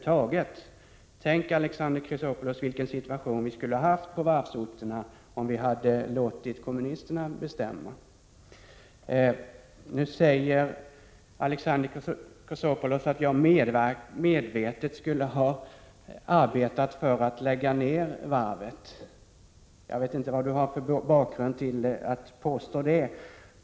Tänk, Alexander Chrisopoulos, vilken situation vi skulle ha haft på varvsorterna, om vi hade låtit kommunisterna bestämma. Alexander Chrisopoulos säger att jag medvetet skulle ha arbetat för nedläggning av varvet i Falkenberg. Jag vet inte vad som är bakgrunden till detta påstående.